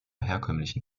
herkömmlichen